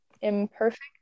imperfect